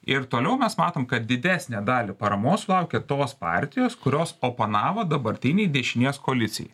ir toliau mes matom kad didesnę dalį paramos sulaukia tos partijos kurios oponavo dabartinei dešinės koalicijai